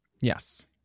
Yes